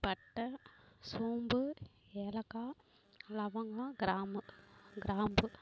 பட்டை சோம்பு ஏலக்காய் லவங்கம் கிராம்பம் கிராம்பு